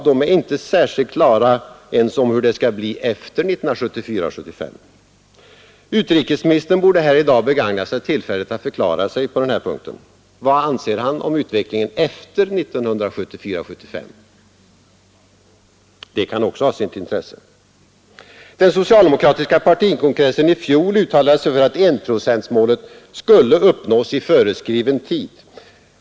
De är inte särskilt klara ens om hur det skall bli efter 1974 75? Det kan också ha sitt intresse. Den socialdemokratiska partikongressen i fjol uttalade sig för att enprocentsmålet skulle uppnås i föreskriven tid.